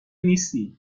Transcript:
نیستی